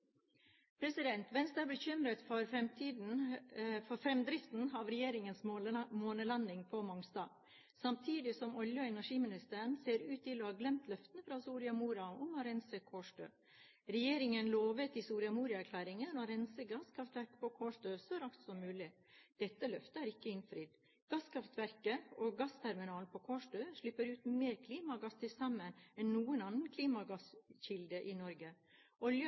Venstre er bekymret for fremdriften av regjeringens månelanding på Mongstad, samtidig som olje- og energiministeren ser ut til å ha glemt løftet fra Soria Moria om å rense Kårstø. Regjeringen lovet i Soria Moria-erklæringen å rense gasskraftverket på Kårstø så raskt som mulig. Dette løftet er ikke innfridd. Gasskraftverket og gassterminalen på Kårstø slipper ut mer klimagass til sammen enn noen annen klimagasskilde i Norge. Olje-